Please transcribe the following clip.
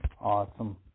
awesome